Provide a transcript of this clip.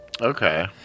Okay